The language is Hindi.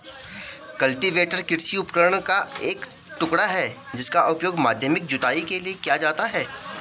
कल्टीवेटर कृषि उपकरण का एक टुकड़ा है जिसका उपयोग माध्यमिक जुताई के लिए किया जाता है